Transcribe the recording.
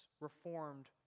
reformed